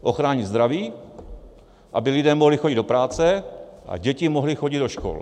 Ochránit zdraví, aby lidé mohli chodit do práce a děti mohly chodit do škol.